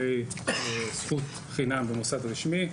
זכות חינם במוסד רשמי.